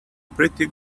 pretty